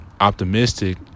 optimistic